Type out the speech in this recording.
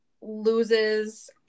loses